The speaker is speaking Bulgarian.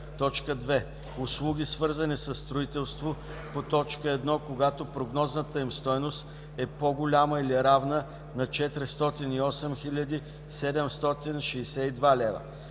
лв.; 2. услуги, свързани със строителство по т. 1, когато прогнозната им стойност е по-голяма или равна на 408 762 лв.